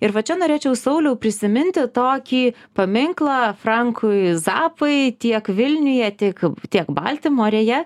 ir va čia norėčiau sauliau prisiminti tokį paminklą frankui zapai tiek vilniuje tik tiek baltimorėje